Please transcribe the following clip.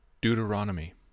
deuteronomy